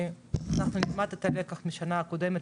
אנחנו נלמד את הלקח מהשנה הקודמת,